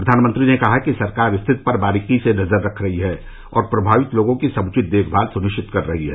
प्रधानमंत्री ने कहा कि सरकार स्थिति पर बारीकी से नजर रख रही है और प्रभावित लोगों की समुचित देखभाल सुनिश्चित कर रही है